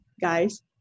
guys